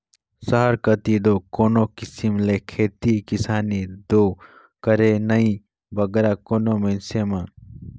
सहर कती दो कोनो किसिम ले खेती किसानी दो करें नई बगरा कोनो मइनसे मन